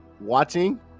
watching